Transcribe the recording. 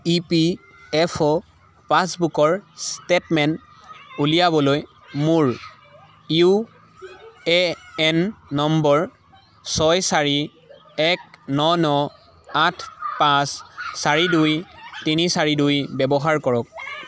ই P F অ' পাছবুকৰ statement উলিয়াবলৈ মোৰ ইউ এ এন নম্বৰ ছয় চাৰি এক ন ন আঠ পাঁচ চাৰি দুই তিনি চাৰি দুই ব্যৱহাৰ কৰক